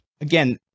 again